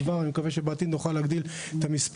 ובעתיד אני מקווה שנוכל להגדיל עוד